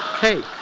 hey,